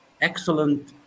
excellent